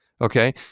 Okay